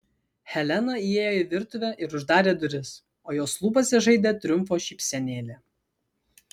helena įėjo į virtuvę ir uždarė duris o jos lūpose žaidė triumfo šypsenėlė